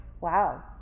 Wow